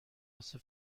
واسه